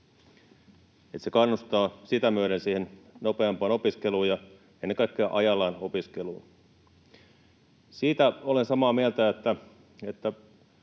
Se kannustaa sitä myöden siihen nopeampaan opiskeluun ja ennen kaikkea ajallaan opiskeluun. Siitä olen samaa mieltä, että